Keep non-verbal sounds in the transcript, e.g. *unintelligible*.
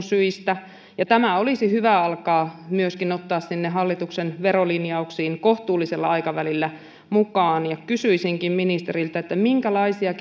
*unintelligible* syistä tämä olisi hyvä alkaa myöskin ottaa sinne hallituksen verolinjauksiin kohtuullisella aikavälillä mukaan kysyisinkin ministeriltä minkälaisia *unintelligible*